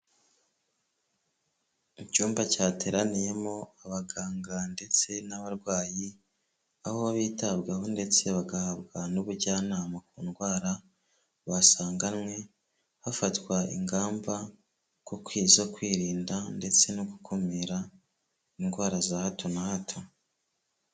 Icyumba cyateraniyemo abaganga ndetse n'abarwayi aho bitabwaho ndetse bagahabwa n'ubujyanama ku ndwara basanganwe, hafatwa ingamba zo kwirinda ndetse no gukumira indwara za hato na hato.